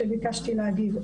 שביקשתי להגיב,